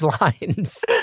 lines